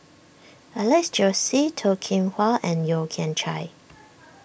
Alex Josey Toh Kim Hwa and Yeo Kian Chye